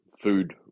food